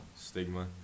stigma